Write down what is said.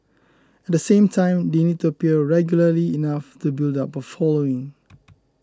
at the same time they need to appear regularly enough to build up a following